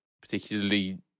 particularly